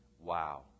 Wow